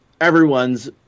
everyone's